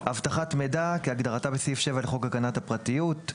"אבטחת מידע" - כהגדרתה בסעיף 7 לחוק הגנת הפרטיות;